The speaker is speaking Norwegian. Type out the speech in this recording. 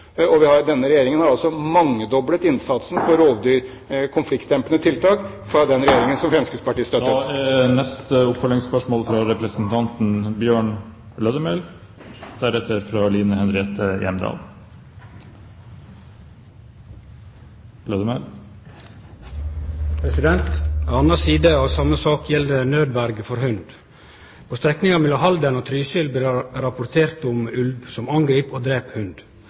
Denne regjeringen har mangedoblet innsatsen når det gjelder rovdyrkonfliktdempende tiltak, i forhold til den regjeringen Fremskrittspartiet støttet. Bjørn Lødemel – til oppfølgingsspørsmål. Ei anna side av same sak gjeld nødverje for hund. På strekninga mellom Halden og Trysil har det vorte rapportert om ulv som angrip og drep hund.